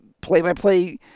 play-by-play